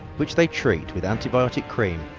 which they treat with antibiotic cream,